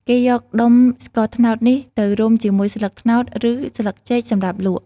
គេយកដុំស្ករត្នោតនេះទៅរុំជាមួយស្លឹកត្នោត ឬ ស្លឹកចេកសម្រាប់លក់។